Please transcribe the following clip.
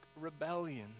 rebellion